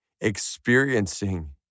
experiencing